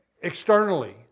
externally